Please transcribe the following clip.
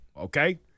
okay